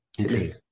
Okay